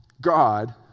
God